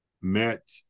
met